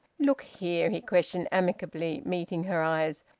look here, he questioned amicably, meeting her eyes,